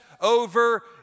over